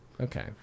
Okay